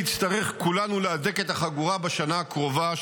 נצטרך כולנו להדק את החגורה בשנה הקרובה,